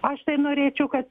aš tai norėčiau kad